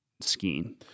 skiing